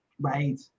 Right